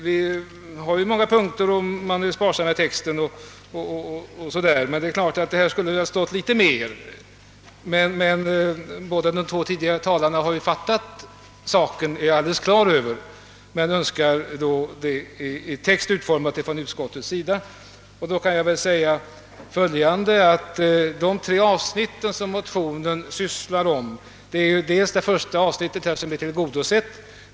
Det var många punkter att ta upp och man vill vara sparsam med texten, men det är klart att det borde ha stått litet mer under denna punkt. Båda de två tidigare talarna har ju ändå fattat saken riktigt — det är jag alldeles övertygad om — men de önskar det ändå utförligare utformat av utskottet. Jag kan då beträffande motionernas tre olika avsnitt säga att det första avsnittet genom utskottets skrivning redan har tillgodosetts.